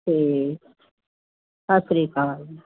ਠੀਕ ਸਤਿ ਸ਼੍ਰੀ ਅਕਾਲ